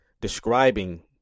describing